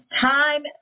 Time